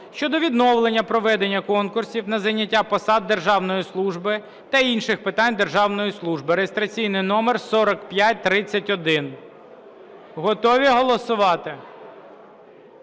щодо відновлення проведення конкурсів на зайняття посад державної служби та інших питань державної служби (реєстраційний номер 4531). Готові голосувати?